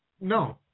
No